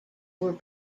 were